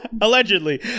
Allegedly